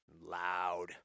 loud